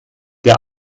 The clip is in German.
der